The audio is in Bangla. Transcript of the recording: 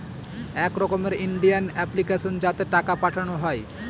এক রকমের ইন্ডিয়ান অ্যাপ্লিকেশন যাতে টাকা পাঠানো হয়